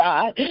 God